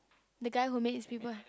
the guy who make people